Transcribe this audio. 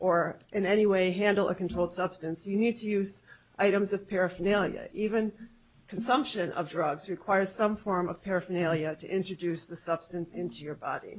or in any way handle a controlled substance you need to use items of paraphernalia even consumption of drugs requires some form of paraphernalia to introduce the substance into your body